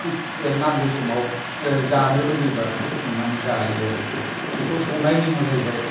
नांगौ समाव जानो लुगैब्ला बेखौ संनानै जायो आरो बेखौ संनायनि नेमा जाहैबाय